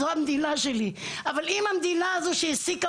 זו המדינה שלי אבל אם המדינה שלי שהעסיקה